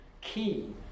key